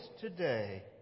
today